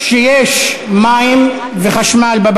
איך לא ידענו על זה?